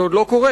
זה עוד לא קורה